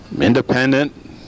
independent